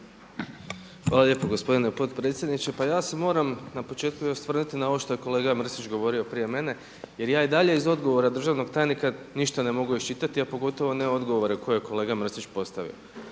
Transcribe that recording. Hvala lijepo gospodine predsjedniče. Pa ja se moram na početku i osvrnuti na ovo što je kolega Mrsić govorio prije mene jer ja i dalje iz odgovora državnog tajnika ništa ne mogu iščitati a pogotovo ne odgovore koje je kolega Mrsić postavio.